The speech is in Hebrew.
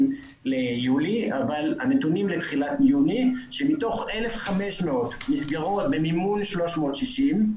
ליולי מראים שמתוך 1,500 מסגרות במימון 360,